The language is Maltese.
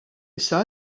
issa